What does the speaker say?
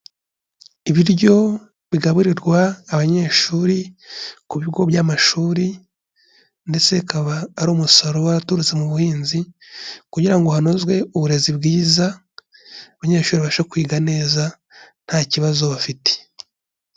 Ibiryo bigaburirwa abanyeshuri ku bigo by'amashuri, ndetse bikaba ari umusaruro uba waturutse mu buhinzi kugira ngo hanozwe uburezi bwiza, abanyeshuri babashe kwiga neza nta kibazo bafite.